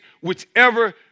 whichever